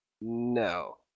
No